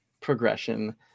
progression